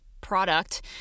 product